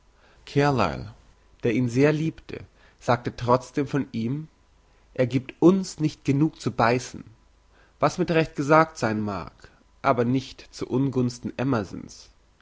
carlyle der ihn sehr liebte sagte trotzdem von ihm er giebt uns nicht genug zu beissen was mit recht gesagt sein mag aber nicht zu ungunsten